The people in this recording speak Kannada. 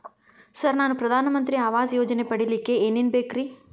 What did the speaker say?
ಸರ್ ನಾನು ಪ್ರಧಾನ ಮಂತ್ರಿ ಆವಾಸ್ ಯೋಜನೆ ಪಡಿಯಲ್ಲಿಕ್ಕ್ ಏನ್ ಏನ್ ಬೇಕ್ರಿ?